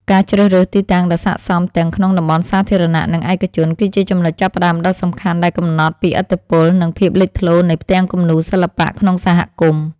ការជ្រើសរើសទីតាំងដ៏ស័ក្តិសមទាំងក្នុងតំបន់សាធារណៈ និងឯកជន គឺជាចំណុចចាប់ផ្ដើមដ៏សំខាន់ដែលកំណត់ពីឥទ្ធិពល និងភាពលេចធ្លោនៃផ្ទាំងគំនូរសិល្បៈក្នុងសហគមន៍។